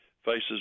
faces